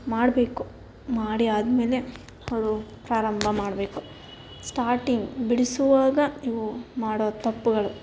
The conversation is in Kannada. ಮಾಡಬೇಕು ಮಾಡಿ ಆದಮೇಲೆ ಅವರು ಪ್ರಾರಂಭ ಮಾಡಬೇಕು ಸ್ಟಾಟಿಂಗ್ ಬಿಡಿಸುವಾಗ ಇವು ಮಾಡೋ ತಪ್ಪುಗಳು